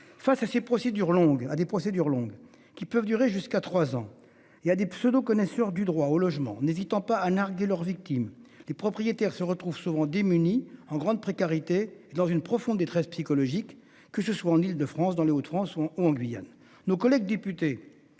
face à ces procédures longues à des procédures longues qui peuvent durer jusqu'à 3 ans il y a des pseudos connaisseurs du droit au logement n'hésitant pas à narguer leurs victimes. Les propriétaires se retrouvent souvent démunis en grande précarité dans une profonde détresse psychologique, que ce soit en Île-de-France dans les Hauts-de-France ont Guyane